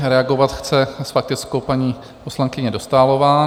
Reagovat chce s faktickou paní poslankyně Dostálová.